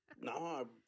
No